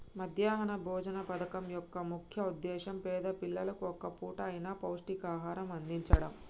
మధ్యాహ్న భోజన పథకం యొక్క ముఖ్య ఉద్దేశ్యం పేద పిల్లలకు ఒక్క పూట అయిన పౌష్టికాహారం అందిచడం